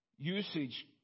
Usage